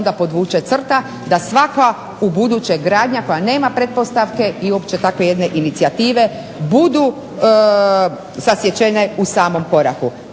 onda podvuče crta da svaka ubuduće gradnja koja nema pretpostavke i uopće takve jedne inicijative budu sasječene u samom koraku.